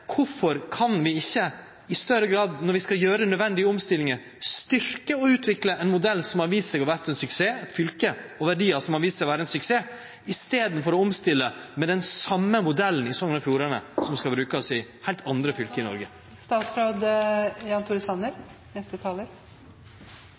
utvikle ein modell – fylke og verdiar – som har vist seg å vere ein suksess, i staden for å omstille med den same modellen i Sogn og Fjordane som skal brukast i heilt andre fylke i